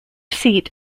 seat